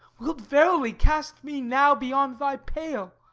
wilt verily cast me now beyond thy pale,